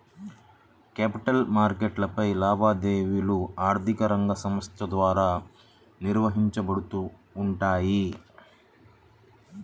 capital మార్కెట్లపై లావాదేవీలు ఆర్థిక రంగ సంస్థల ద్వారా నిర్వహించబడతాయి